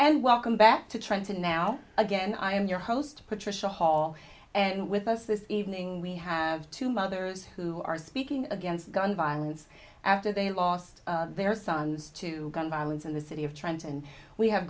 and welcome back to trenton now again i am your host patricia hall and with us this evening we have two mothers who are speaking against gun violence after they lost their sons to gun violence in the city of trying to and we have